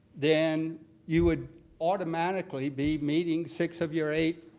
then you would automatically be meeting six of your eight